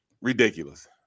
ridiculous